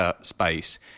space